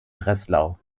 breslau